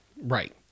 Right